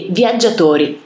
viaggiatori